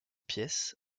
pièces